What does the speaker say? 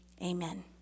Amen